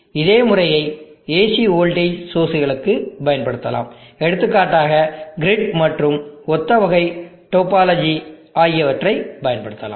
இதே முறையை AC voltage சோர்ஸ்களுக்கும் பயன்படுத்தலாம் எடுத்துக்காட்டாக கிரிட் மற்றும் ஒத்த வகை டோபாலஜி ஆகியவற்றைப் பயன்படுத்தலாம்